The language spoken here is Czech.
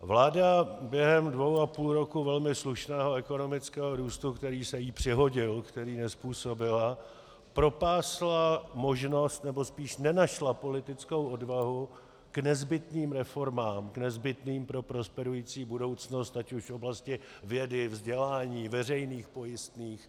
Vláda během dvou a půl roku velmi slušného ekonomického růstu, který se jí přihodil, který nezpůsobila, propásla možnost, nebo spíš nenašla politickou odvahu k nezbytným reformám, nezbytným pro prosperující budoucnost ať už v oblasti vědy, vzdělání, veřejných pojistných.